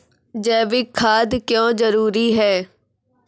जैविक खाद क्यो जरूरी हैं?